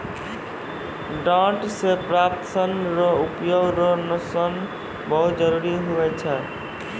डांट से प्राप्त सन रो उपयोग रो सन बहुत जरुरी हुवै छै